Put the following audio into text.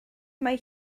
mae